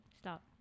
Stop